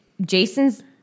Jason's